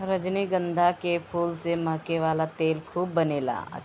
रजनीगंधा के फूल से महके वाला तेल खूब बनेला